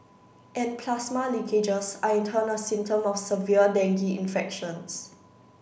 and plasma leakages are in turn a symptom of severe dengue infections